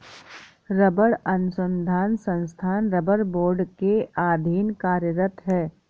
रबड़ अनुसंधान संस्थान रबड़ बोर्ड के अधीन कार्यरत है